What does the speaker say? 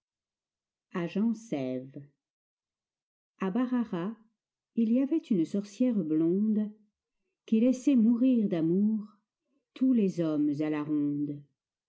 sève à bacharach il y avait une sorcière blonde qui laissait mourir d'amour tous les hommes à la ronde